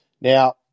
Now